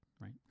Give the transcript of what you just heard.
right